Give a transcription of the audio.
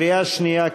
בקריאה שנייה,